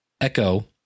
Echo